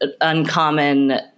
uncommon